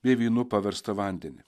bei vynu paverstą vandenį